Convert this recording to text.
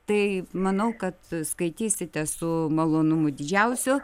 tai manau kad skaitysite su malonumu didžiausiu